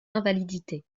invalidité